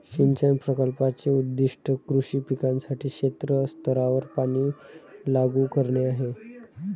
सिंचन प्रकल्पाचे उद्दीष्ट कृषी पिकांसाठी क्षेत्र स्तरावर पाणी लागू करणे आहे